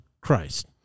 Christ